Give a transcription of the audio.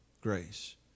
grace